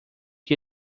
que